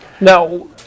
Now